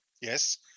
Yes